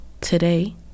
Today